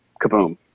kaboom